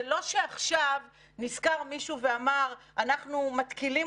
זה לא שעכשיו נזכר מישהו ואמר: אנחנו מתקילים